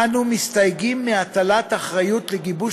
אנו מסתייגים מהטלת האחריות לגיבוש